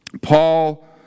Paul